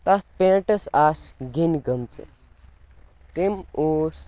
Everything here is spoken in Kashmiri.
تَتھ پینٛٹَس آسہٕ گیٚنہِ گٔمژٕ تٔمۍ اوس